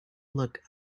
look